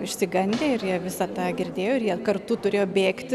išsigandę ir jie visą tą girdėjo ir jie kartu turėjo bėgti